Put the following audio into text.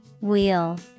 wheel